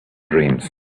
dreams